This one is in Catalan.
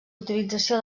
utilització